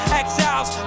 exiles